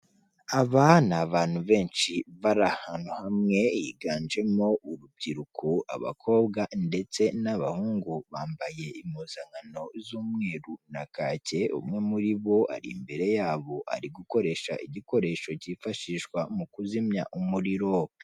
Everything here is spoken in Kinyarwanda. Aba abantu benshi bari ahantu hamwe, higanjemo urubyiruko; abakobwa ndetse n'abahungu, bambaye impuzankano z'umweru na kake, umwe muri bo ari imbere yabo, ari gukoresha igikoresho cyifashishwa mu kuzimya umuriro.